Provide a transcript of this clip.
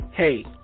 Hey